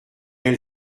elle